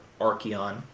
Archeon